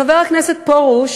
חבר הכנסת פרוש